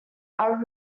are